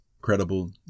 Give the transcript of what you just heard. Credible